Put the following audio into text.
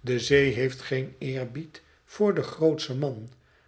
de zee heeft geen eerbied voor den grootsten man